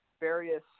Various